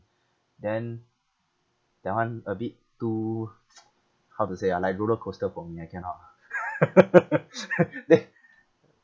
then that [one] a bit too how to say ah like roller coaster for me I cannot ah they